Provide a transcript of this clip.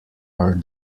are